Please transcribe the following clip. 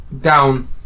down